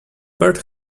bird